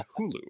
Hulu